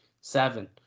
seven